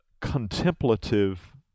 contemplative